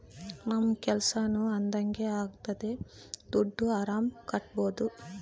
ನಮ್ ಕೆಲ್ಸನೂ ಅದಂಗೆ ಆಗ್ತದೆ ದುಡ್ಡು ಆರಾಮ್ ಕಟ್ಬೋದೂ